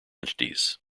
entities